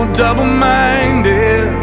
double-minded